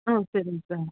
ஆ சரிங்க சார்